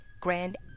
Grand